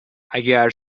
اگر